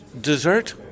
dessert